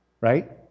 right